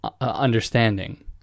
understanding